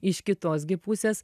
iš kitos gi pusės